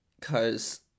cause